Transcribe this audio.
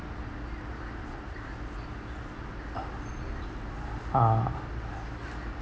uh